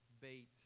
bait